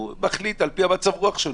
שמחליט על פי מצב הרוח שלו.